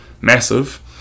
massive